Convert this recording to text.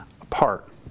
apart